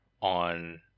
on